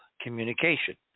communication